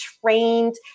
trained